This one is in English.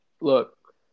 look